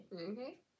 Okay